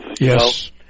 Yes